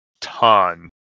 ton